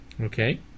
Okay